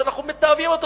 שאנחנו מתעבים אותו,